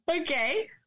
Okay